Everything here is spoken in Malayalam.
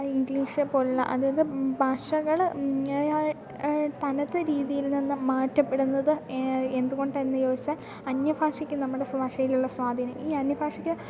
ഇംഗ്ലീഷ് പോലെയുള്ള അതത് ഭാഷകൾ തനത് രീതിയിൽ നിന്നു മാറ്റപ്പെടുന്നത് എന്തു കൊണ്ടെന്നു ചോദിച്ചാൽ അന്യ ഭാഷക്ക് നമ്മുടെ ഭാഷയിലുള്ള സ്വാധീനം ഈ അന്യ ഭാഷക്ക്